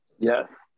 Yes